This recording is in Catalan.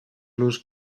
los